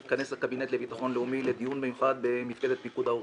התכנס הקבינט לביטחון לאומי לדיון מיוחד במפקדת פיקוד העורף.